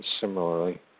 similarly